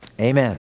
amen